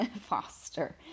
foster